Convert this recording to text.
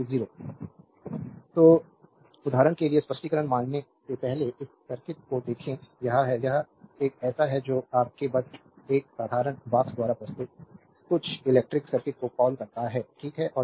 slide time देखें 1341 तो उदाहरण के लिए स्पष्टीकरण मानने से पहले इस सर्किट को देखें यह है यह एक ऐसा है जो आपके बस एक साधारण बॉक्स द्वारा प्रस्तुत कुछ इलेक्ट्रिक सर्किट को कॉल करता है ठीक है